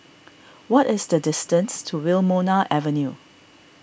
what is the distance to Wilmonar Avenue